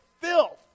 filth